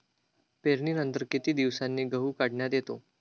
पेरणीनंतर किती दिवसांनी गहू काढण्यात येतो?